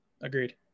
Agreed